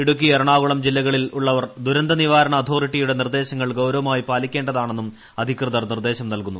ഇടുക്കി എറണാകുളം ജില്ലകളിൽ ഉള്ളവർ ദുരന്തനിവാരണ അഥോറിറ്റിയുടെ നിർദ്ദേശങ്ങൾ ഗൌരവമായി പാലിക്കേണ്ടതാണെന്ന് അധികൃതർ നിർദ്ദേശം നൽകുന്നു